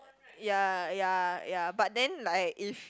ya ya ya but then like if